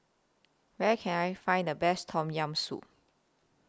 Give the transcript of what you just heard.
Where Can I Find The Best Tom Yam Soup